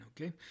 okay